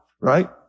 right